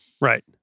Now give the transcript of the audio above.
Right